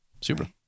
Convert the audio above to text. Super